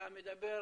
אתה מדבר